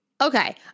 Okay